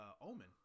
Omen